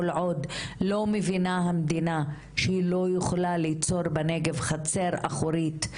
וכל עוד המדינה לא מבינה שהיא לא יכולה ליצור בנגב חצר אחורית,